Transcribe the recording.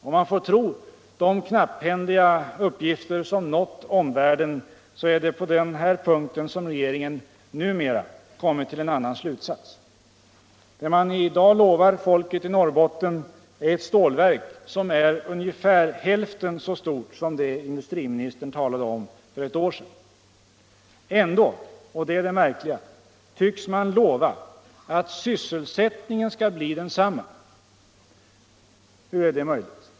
Om man får tro de knapphändiga uppgifter som nått omvärlden så är det på den här punkten som regeringen numera kommit till en annan slutsats. Det man i dag lovar folket i Norrbotten är ett stålverk som är ungefär hälften så stort som" det industriministern talade om för ett år sedan. Ändå — och det är det märkliga — tycks man lova att sysselsättningen skall bli densamma. Hur är det möjligt?